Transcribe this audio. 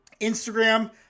Instagram